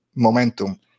momentum